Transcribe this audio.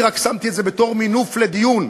אני רק שמתי את זה בתור מינוף לדיון: